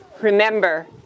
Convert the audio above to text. Remember